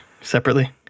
separately